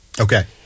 Okay